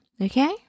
Okay